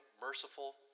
merciful